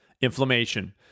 inflammation